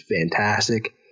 fantastic